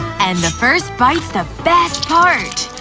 and the first bite's the best ah part.